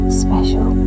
special